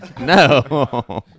No